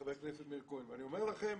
ואני אומר לכם,